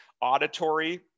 auditory